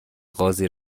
قاضی